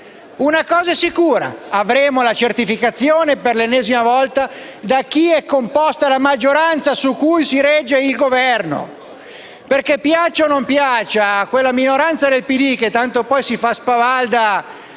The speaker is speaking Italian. Una cosa è sicura: avremo la certificazione, per l'ennesima volta, di chi compone la maggioranza su cui si regge il Governo. Perché piaccia o non piaccia a quella minoranza del PD, che tanto poi si fa spavalda